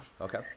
Okay